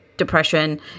depression